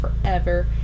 forever